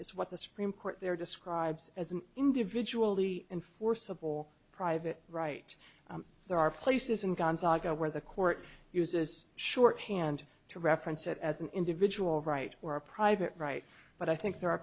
is what the supreme court there describes as an individual the enforceable private right there are places in gonzaga where the court uses shorthand to reference it as an individual right or a private right but i think there are